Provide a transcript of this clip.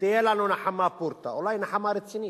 תהיה לנו נחמה פורתא, אולי נחמה רצינית,